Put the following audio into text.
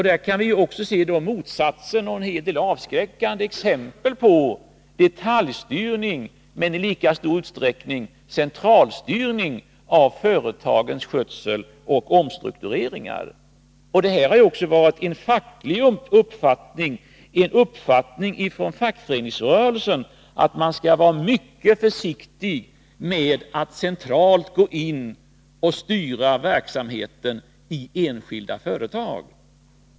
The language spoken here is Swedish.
Där kan man också se en hel del avskräckande exempel på detaljstyrning och i lika stor utsträckning centralstyrning av företagens skötsel och omstruktureringar. Det har också varit en uppfattning hos fackföreningsrörelsen att man skall vara mycket försiktig med att centralt gå in och styra verksamheten i enskilda företag.